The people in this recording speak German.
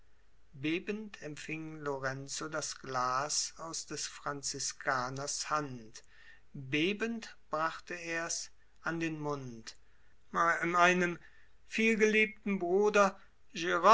bebend empfing lorenzo das glas aus des franziskaners hand bebend brachte ers an den mund meinem vielgeliebten bruder